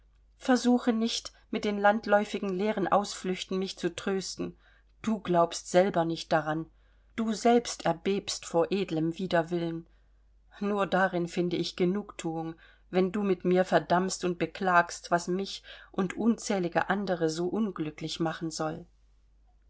versuche nicht mit den landläufigen leeren ausflüchten mich zu trösten du glaubst selber nicht daran du selbst erbebst vor edlem widerwillen nur darin finde ich genugthuung wenn du mit mir verdammst und beklagst was mich und unzählige andere so unglücklich machen soll